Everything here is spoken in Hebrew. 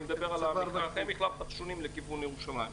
אני מדבר על מחלף נחשונים לכיוון ירושלים.